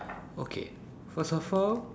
okay first of all